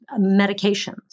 medications